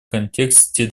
контексте